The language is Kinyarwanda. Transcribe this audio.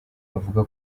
bavuga